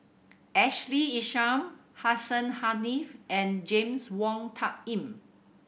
Ashley Isham Hussein Haniff and James Wong Tuck Yim